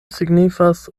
signifas